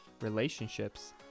relationships